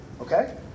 Okay